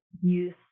use